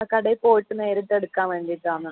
കടയിൽ പോയിട്ട് നേരിട്ട് എടുക്കാൻ വേണ്ടിയിട്ടാണ്